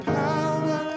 power